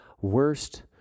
worst